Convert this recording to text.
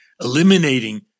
eliminating